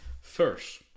First